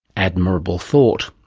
admirable thought.